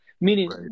meaning